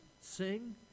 sing